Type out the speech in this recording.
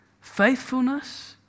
faithfulness